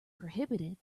prohibited